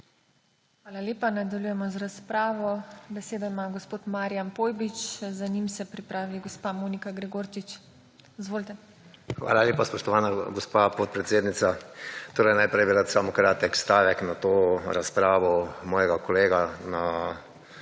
Hvala lepa. Nadaljujemo z razpravo. Besedo ima gospod Marijan Pojbič, za njim se pripravi gospa Monika Gregorčič. Izvolite. **MARIJAN POJBIČ (PS SDS):** Hvala lepa, spoštovana gospa podpredsednica. Torej najprej bi rad samo kratek stavek na to razpravo mojega kolega na